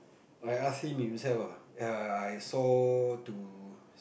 I ask him himself ah I I saw to